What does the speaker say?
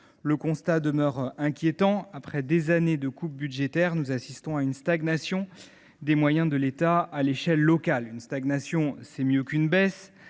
le constat demeure inquiétant : après des années de coupes budgétaires, nous assistons à une stagnation des moyens de l’État à l’échelle locale. Une stagnation vaut certes mieux qu’une baisse,